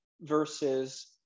versus